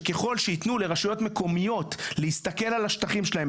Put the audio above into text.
שככל שיתנו לרשויות מקומיות להסתכל על השטחים שלהם,